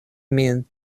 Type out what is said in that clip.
min